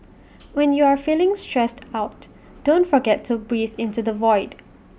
when you are feeling stressed out don't forget to breathe into the void